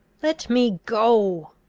let me go!